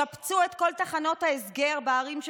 שפצו את כל תחנות ההסגר בערים,